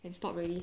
can stop already